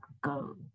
go